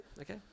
Okay